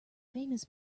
famous